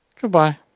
Goodbye